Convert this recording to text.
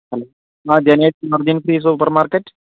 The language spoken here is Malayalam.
ആ Jenet margin free super market